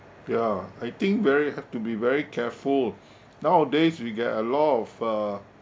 ya I think very have to be very careful nowadays we get a lot of uh